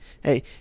Hey